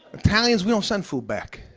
italians, we don't send food back.